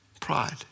pride